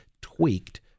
tweaked